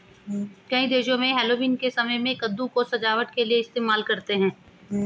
कई देशों में हैलोवीन के समय में कद्दू को सजावट के लिए इस्तेमाल करते हैं